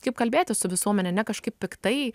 kaip kalbėtis su visuomene ne kažkaip piktai